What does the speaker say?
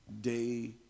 Day